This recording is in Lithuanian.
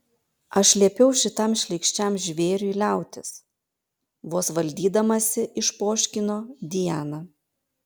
aš liepiau šitam šlykščiam žvėriui liautis vos valdydamasi išpoškino diana